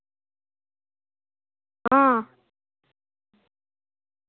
हां